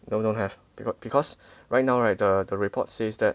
no don't have because because right now right the the report says that